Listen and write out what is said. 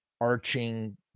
arching